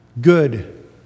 Good